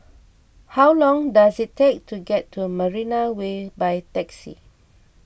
how long does it take to get to Marina Way by taxi